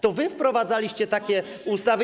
To wy wprowadzaliście takie ustawy.